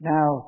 Now